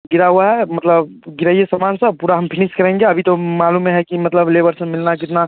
गिरा हुआ है मतलब गिराइए सामान सब पूरा हम फिनिस करेंगे अभी तो मालूम है कि मतलब लेबर सब मिलना कितना